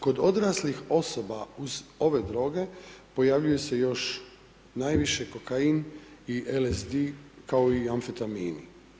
Kod odraslih osoba uz ove droge pojavljuju se još najviše kokain i elesdi, kao i amfetamini.